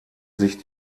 sich